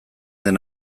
den